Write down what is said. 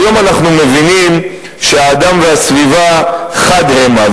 היום אנחנו מבינים שהאדם והסביבה חד המה,